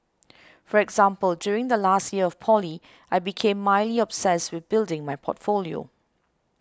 for example during the last year of poly I became mildly obsessed with building my portfolio